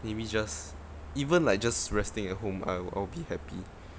maybe just even like just resting at home I'll I'll be happy